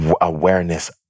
awareness